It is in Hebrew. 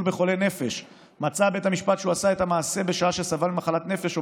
בחולי נפש מצא בית המשפט שהוא עשה את המעשה בשעה שסבל ממחלת נפש או